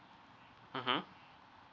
mmhmm